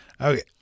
Okay